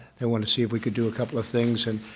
they want to see if we can do a couple of things, and